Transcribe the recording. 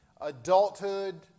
adulthood